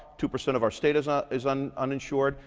two percent of our state is ah is and uninsured,